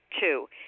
Two